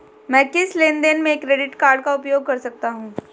मैं किस लेनदेन में क्रेडिट कार्ड का उपयोग कर सकता हूं?